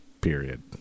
period